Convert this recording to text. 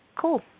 cool